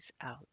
out